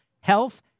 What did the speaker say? health